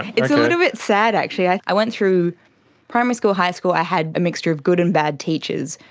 it's a little bit sad actually. i i went through primary school, high school, i had a mixture of good and bad teachers,